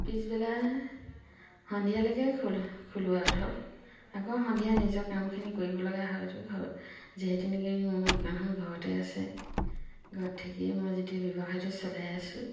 পিছবেলা সন্ধিয়ালৈকে খোল খোলো আৰু ধৰক আকৌ সন্ধিয়া নিজৰ কামখিনি কৰিবলগা হয়তো ঘৰ যিহেতু নেকি মোৰ দোকানখন ঘৰতে আছে ঘৰত থাকি মই যেতিয়া ব্যৱসায়টো চলাই আছোঁ